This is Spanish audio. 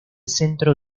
centro